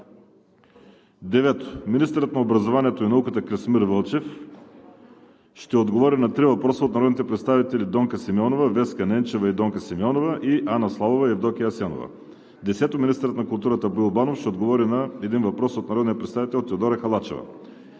9. Министърът на образованието и науката Красимир Вълчев ще отговори на три въпроса от народните представители Донка Симеонова; Веска Ненчева и Донка Симеонова; и Анна Славова и Евдокия Асенова. 10. Министърът на културата Боил Банов ще отговори на един въпрос от народния представител Теодора Халачева.